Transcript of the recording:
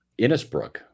Innisbrook